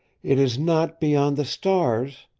it is not beyond the stars.